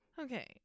Okay